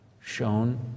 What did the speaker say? shown